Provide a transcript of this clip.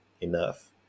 enough